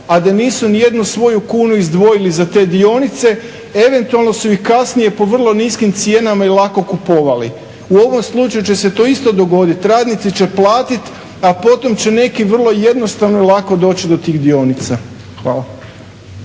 a da nisu nijednu svoju kunu izdvojili za te dionice. Eventualno su ih kasnije po vrlo niskim cijenama i lako kupovali. U ovom slučaju će se to isto dogoditi, radnici će platit, a potom će neki vrlo jednostavno i lako doći do tih dionica. Hvala.